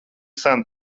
sen